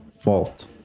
fault